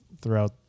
throughout